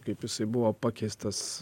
kaip jisai buvo pakeistas